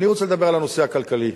אני רוצה לדבר על הנושא הכלכלי,